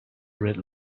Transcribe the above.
red